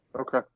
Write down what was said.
Okay